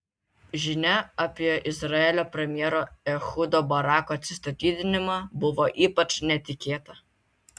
žinia apie izraelio premjero ehudo barako atsistatydinimą buvo ypač netikėta